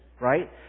right